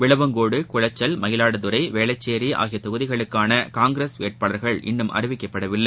விளவங்கோடு குளச்சல் மயிலாடுதுறை வேளச்சேரிஆகியதொகுதிகளுக்கானகாங்கிரஸ் வேட்பாளர்கள் இன்னும் அறிவிக்கப்படவில்லை